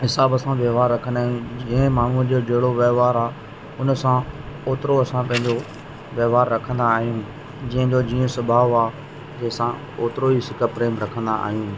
हिसाब सां व्यवहार रखंदा आहियूं जंहिं माण्हूअ जो जहिड़ो व्यवहार आहे उन सां ओतिरो असां पंहिंजो व्यवहार रखंदा आहियूं जंहिंजो जीअं सुभाव आहे उन सां ओतिरो ई सिक प्रेम रखंदा आहियूं